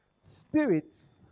Spirits